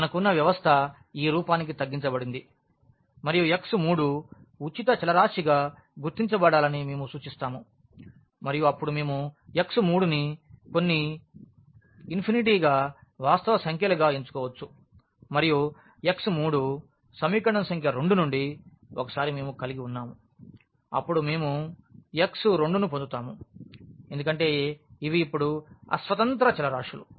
మనకున్న వ్యవస్థ ఈ రూపానికి తగ్గించబడింది మరియు x3 ఉచిత చలరాశి గా గుర్తించబడాలని మేము సూచిస్తాము మరియు అప్పుడు మేము x3 ని కొన్ని గా వాస్తవ సంఖ్యలుగా ఎంచుకోవచ్చు మరియు x3 సమీకరణం సంఖ్య 2 నుండి ఒకసారి మేము కలిగి వున్నాం అప్పుడు మేము x 2 ను పొందుతాము ఎందుకంటే ఇవి ఇప్పుడు అస్వతంత్ర చలరాశులు